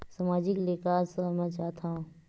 सामाजिक ले का समझ थाव?